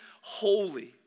holy